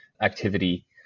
activity